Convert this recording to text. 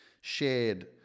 shared